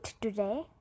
today